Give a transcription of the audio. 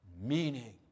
meaning